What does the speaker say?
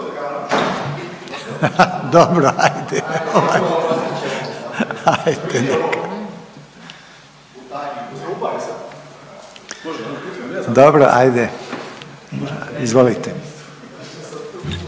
Dobro ajde, izvolite.